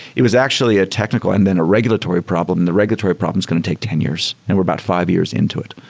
it was actually a technical and then a regulatory problem. the regulatory problem is going to take ten years, and we're about five years into it.